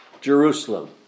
Jerusalem